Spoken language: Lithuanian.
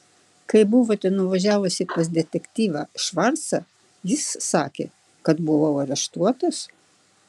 kai buvote nuvažiavusi pas detektyvą švarcą jis sakė kad buvau areštuotas